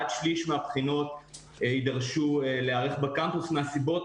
עד שליש מהבחינות יידרשו להיערך בקמפוס מהסיבות